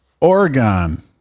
Oregon